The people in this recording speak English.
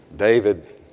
David